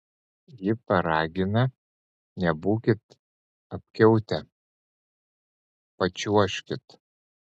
ji paragina nebūkit apkiautę pačiuožkit